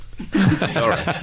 Sorry